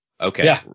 Okay